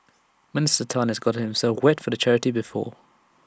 Minister Tan has gotten himself wet for charity before